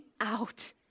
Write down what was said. out